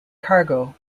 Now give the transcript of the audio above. cargo